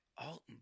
alton